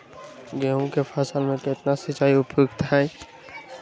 गेंहू के फसल में केतना सिंचाई उपयुक्त हाइ?